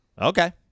Okay